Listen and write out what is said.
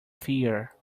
fear